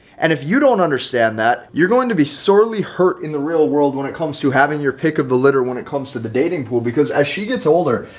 and if you don't understand that you're going to be sorely hurt in the real world when it comes to having your pick of the litter when it comes to the dating pool because as she gets older,